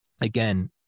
again